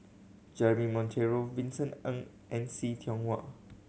Jeremy Monteiro Vincent Ng and See Tiong Wah